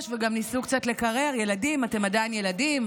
וגם ניסו קצת לקרר: אתם עדיין ילדים,